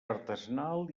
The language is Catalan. artesanal